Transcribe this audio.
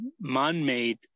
man-made